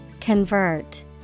Convert